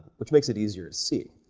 which makes it easier to see,